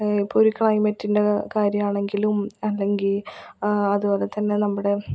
ഇപ്പം ഒരു ക്ലൈമറ്റിൻ്റെ കാര്യമാണെങ്കിലും അല്ലെങ്കിൽ അതുപോലെ തന്നെ നമ്മുടെ